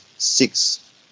six